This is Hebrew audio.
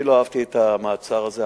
אני לא אהבתי את המעצר הזה.